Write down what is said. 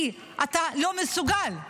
כי אתה לא מסוגל?